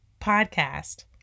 podcast